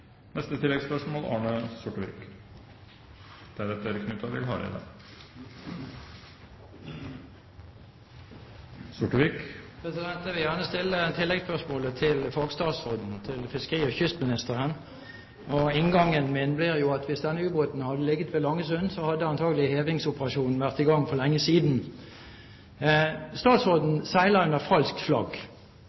Arne Sortevik – til oppfølgingsspørsmål. Jeg vil gjerne stille tilleggspørsmålet til fagstatsråden, til fiskeri- og kystministeren. Inngangen blir at hvis denne ubåten hadde ligget ved Langesund, hadde hevingsoperasjonen antakelig vært i gang for lenge siden. Statsråden seiler under falskt flagg.